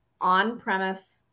on-premise